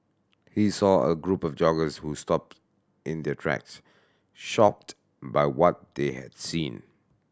he saw a group of joggers who stopped in their tracks shocked by what they had seen